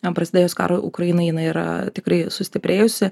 prasidėjus karui ukraina jinai yra tikrai sustiprėjusi